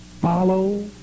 follow